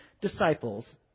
disciples